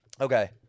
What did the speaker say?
Okay